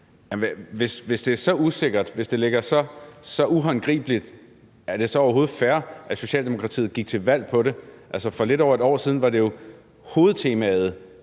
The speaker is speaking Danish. Hvis det er så usikkert og uhåndgribeligt, er det så overhovedet fair, at Socialdemokratiet gik til valg på det? Altså, for lidt over et år siden var det jo hovedtemaet